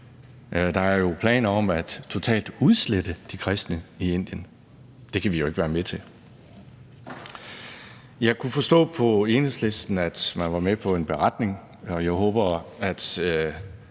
Der er jo planer om totalt at udslette de kristne i Indien. Det kan vi ikke være med til. Jeg kunne forstå på Enhedslisten, at man var med på en beretning, og jeg håber, at